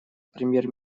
премьер